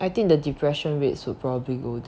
I think the depression rates will probably go down